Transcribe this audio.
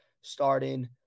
starting